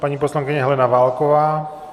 Paní poslankyně Helena Válková.